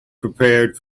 prepared